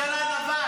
מחיזבאללה?